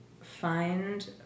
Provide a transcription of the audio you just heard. find